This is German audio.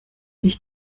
ich